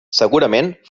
segurament